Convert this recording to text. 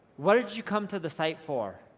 what did you come to the site for?